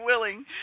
willing